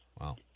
Wow